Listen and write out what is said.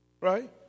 right